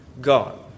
God